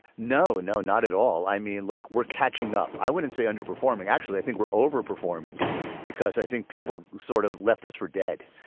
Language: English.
no. no, not at all. i mean, look, we're catching up. i wouldn't say underperforming. actually, i think we're overperforming because i think people sort of left us for dead.